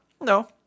No